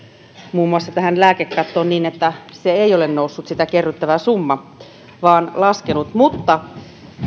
muun muassa tähän lääkekattoon niin että sitä kerryttävä summa ei ole noussut vaan laskenut mutta